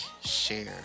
share